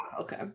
okay